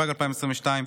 התשפ"ג 2022,